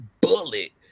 Bullet